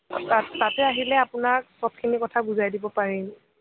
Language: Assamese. তাতে আহিলে আপোনাক চবখিনি কথা বুজাই দিব পাৰিম